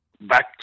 back